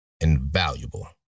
invaluable